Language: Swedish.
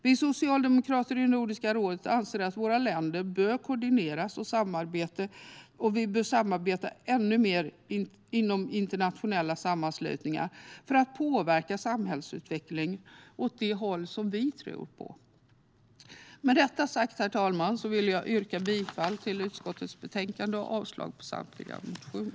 Vi socialdemokrater i Nordiska rådet anser att våra länder bör koordinera och samarbeta ännu mer i internationella sammanslutningar, för att påverka samhällsutvecklingen åt det håll som vi tror på. Jag yrkar bifall till utskottets förslag i betänkandet och avslag på samtliga motioner.